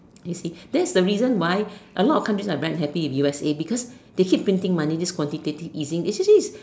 you see that's the reason why a lot of counties are very unhappy with U_S_A because they keep printing money this quantitative easing isn't this